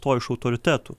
to iš autoritetų